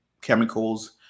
chemicals